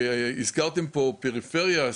הזכרתם פה פריפריה,